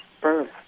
birth